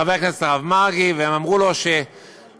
חבר הכנסת יושב-ראש ועדת החינוך הרב מרגי הגיש הצעת חוק,